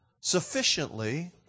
sufficiently